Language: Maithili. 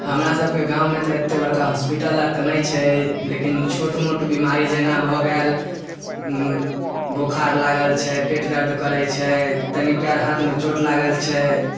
हमरा सभके गाँवमे तऽ अते बड़का हॉस्पिटल आर तऽ नहि छै लेकिन छोट मोट बीमारी जेना भऽ गेल बोखार लागल छै पेट दर्द करय छै तनि पयर हाथमे चोट लागल छै